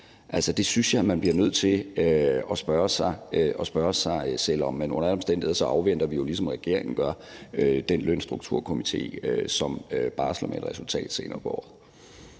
Altså, det synes jeg man bliver nødt til at spørge så selv om. Men under alle omstændigheder afventer vi jo, ligesom regeringen gør, den Lønstrukturkomité, som barsler med et resultat senere på året.